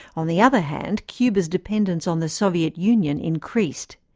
on the other hand, cuba's dependence on the soviet union increased.